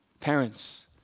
Parents